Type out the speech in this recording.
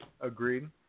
Agreed